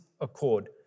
accord